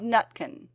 Nutkin